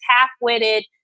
half-witted